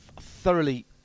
thoroughly